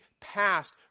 past